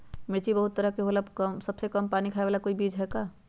मिर्ची बहुत तरह के होला सबसे कम पानी खाए वाला कोई बीज है का?